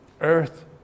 earth